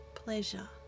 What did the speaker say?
Pleasure